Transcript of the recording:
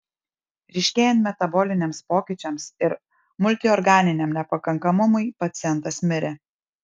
ryškėjant metaboliniams pokyčiams ir multiorganiniam nepakankamumui pacientas mirė